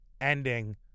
ending